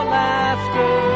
laughter